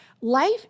life